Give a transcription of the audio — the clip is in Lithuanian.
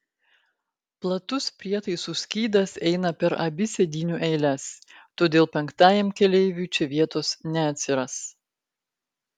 platus prietaisų skydas eina per abi sėdynių eiles todėl penktajam keleiviui čia vietos neatsiras